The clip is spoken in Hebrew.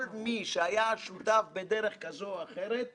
כל מי שהיה שותף בדרך כזו או אחרת